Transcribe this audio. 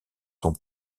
son